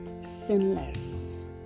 sinless